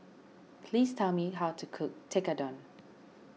please tell me how to cook Tekkadon